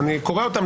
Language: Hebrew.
אני מבקשת.